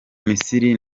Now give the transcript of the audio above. misiri